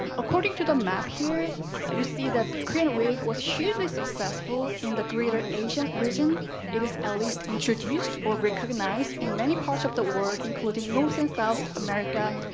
um according to the map here you see that korean wave was hugely successful in the greater asian region it is at least introduced or recognized in many parts of the world including north and south america,